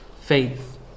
faith